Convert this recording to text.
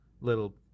little